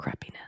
crappiness